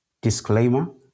Disclaimer